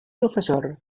profesor